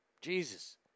Jesus